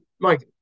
Mike